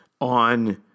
on